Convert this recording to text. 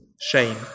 shame